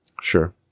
Sure